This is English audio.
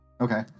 Okay